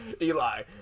Eli